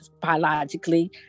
biologically